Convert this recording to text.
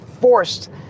forced